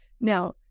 Now